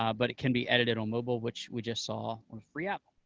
um but it can be edited on mobile, which we just saw, on a free app.